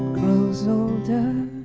grows older